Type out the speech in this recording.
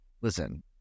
listen